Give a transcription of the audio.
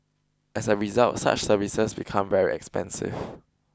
as a result such services become very expensive